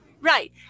right